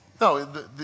No